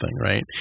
right